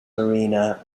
marina